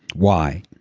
why?